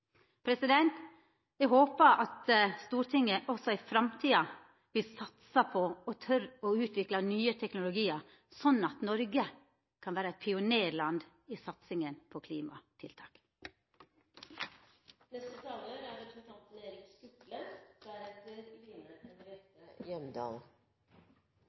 Eg håpar at Stortinget også i framtida vil satsa på og tør å utvikla nye teknologiar, slik at Noreg kan vera eit pionérland i satsinga på klimatiltak. Jeg skal være kort. Mye er sagt i